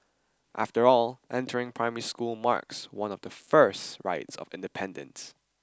after all entering primary school marks one of the first rites of independence